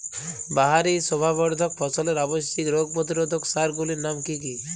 বাহারী শোভাবর্ধক ফসলের আবশ্যিক রোগ প্রতিরোধক সার গুলির নাম কি কি?